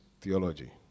theology